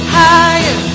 higher